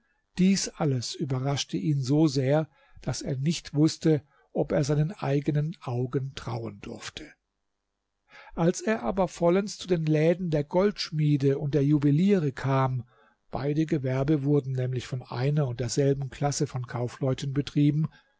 dies alles überraschte ihn so sehr daß er nicht wußte ob er seinen eigenen augen trauen durfte als er aber vollends zu den läden der goldschmiede und juweliere kam beide gewerbe wurden nämlich von einer und derselben klasse von kaufleuten betrieben